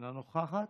אינה נוכחת?